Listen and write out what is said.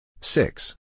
Six